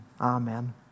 amen